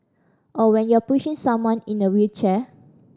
or when you're pushing someone in a wheelchair